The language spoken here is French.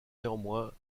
néanmoins